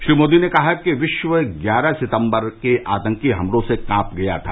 श्री मोदी ने कहा कि विश्व ग्यारह सितम्बर के आतंकी हमलों से कांप गया था